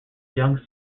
young